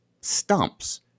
stumps